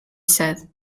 said